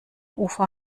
ufer